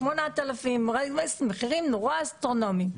8,000 מחירים אסטרונומיים.